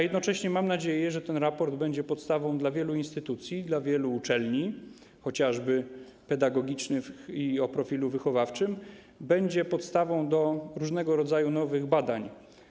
Jednocześnie mam nadzieję, że ten raport będzie podstawą dla wielu instytucji, dla wielu uczelni, chociażby pedagogicznych i o profilu wychowawczym, będzie podstawą do różnego rodzaju nowych badań.